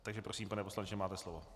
. Takže prosím, pane poslanče, máte slovo.